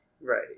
Right